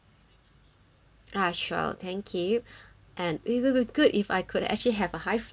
l ah sure thank you and it'll be good if I could actually have a high floor